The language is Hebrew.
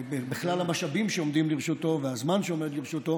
בכלל המשאבים שעומדים לרשותו והזמן שעומד לרשותו,